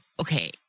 okay